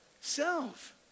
self